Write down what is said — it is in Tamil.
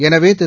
எனவே திரு